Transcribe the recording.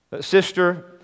Sister